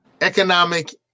economic